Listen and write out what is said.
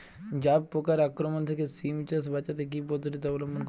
জাব পোকার আক্রমণ থেকে সিম চাষ বাচাতে কি পদ্ধতি অবলম্বন করব?